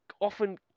often